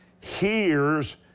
hears